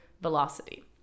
velocity